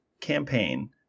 campaign